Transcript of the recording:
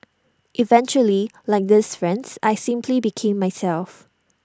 eventually like these friends I simply became myself